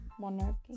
Monarchy